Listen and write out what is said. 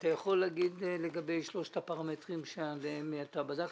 אתה יכול להגיד לגבי שלושת הפרמטרים שאותם בדקת?